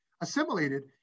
assimilated